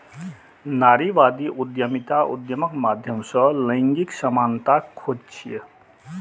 नारीवादी उद्यमिता उद्यमक माध्यम सं लैंगिक समानताक खोज छियै